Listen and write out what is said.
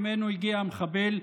שממנו הגיע המחבל,